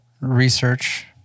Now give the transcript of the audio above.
research